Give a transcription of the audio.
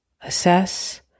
assess